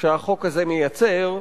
שהחוק הזה מייצר,